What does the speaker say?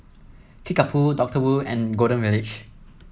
Kickapoo Doctor Wu and Golden Village